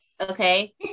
okay